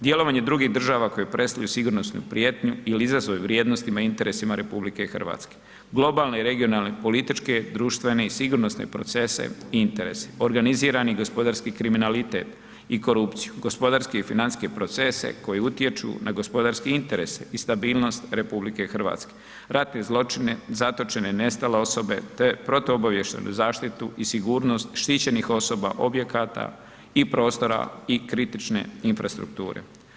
Djelovanje drugih država koje predstavljaju sigurnosnu prijetnju il izazove vrijednostima i interesima RH, globalne i regionalne, političke, društvene i sigurnosne procese i interese, organizirani gospodarski kriminalitet i korupciju, gospodarske i financijske procese koji utječu na gospodarske interese i stabilnost RH, ratni zločini, zatočene i nestale osobe, te protuobavještajnu zaštitu i sigurnost štićenih osoba, objekata i prostora i kritične infrastrukture.